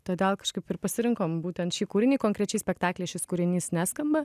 todėl kažkaip ir pasirinkom būtent šį kūrinį konkrečiai spektaklyje šis kūrinys neskamba